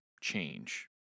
change